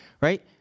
right